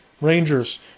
Rangers